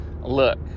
Look